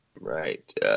Right